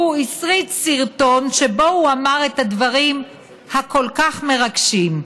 הוא הסריט סרטון שבו הוא אמר את הדברים הכול-כך מרגשים האלה: